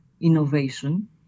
innovation